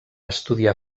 estudiar